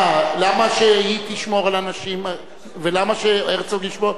מה, למה שהיא תשמור על הנשים ולמה שהרצוג ישמור?